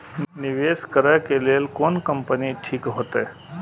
निवेश करे के लेल कोन कंपनी ठीक होते?